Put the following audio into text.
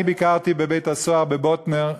אני ביקרתי בבית-הסוהר "באטנר",